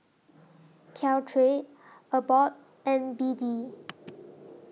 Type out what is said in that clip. Caltrate Abbott and B D